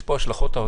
יש להן השלכות.